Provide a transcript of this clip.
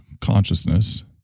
consciousness